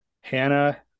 Hannah